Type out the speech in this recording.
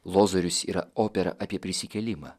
lozorius yra opera apie prisikėlimą